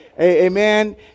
Amen